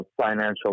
financial